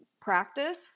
practice